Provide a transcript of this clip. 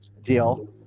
deal